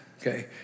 okay